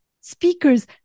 speakers